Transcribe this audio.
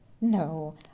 No